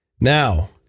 Now